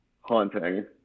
haunting